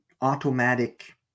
automatic